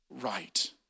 right